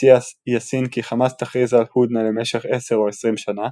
הציע יאסין כי חמאס תכריז על הודנה למשך 10 או 20 שנה,